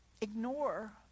ignore